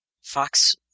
Fox